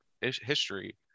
history